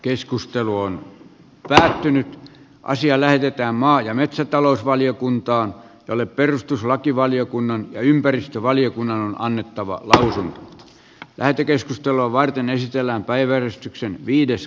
keskustelu on pari synny asia lähetetään maa ja metsätalousvaliokuntaan jolle perustuslakivaliokunnan ympäristövaliokunnan on annettava tosin lähetekeskustelua varten esitellään nimestäkin ilmenee